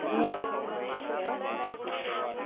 हिया बैठे की बात